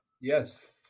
Yes